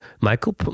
Michael